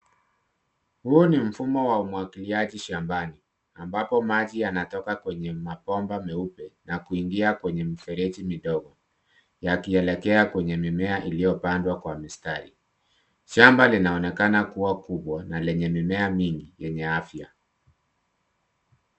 Huu ni mfumo wa umwagiliaji shambani ambapo maji yanatoka kwenye mabomba meupe na kuingia kwenye mifereji midogo yakielekea kwenye mimea iliyopandwa kwa mistari. Shamba linaonekana kua kubwa na lenye mimea mingi yenye afya.